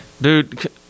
dude